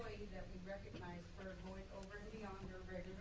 that we recognize for going over and beyond